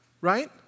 right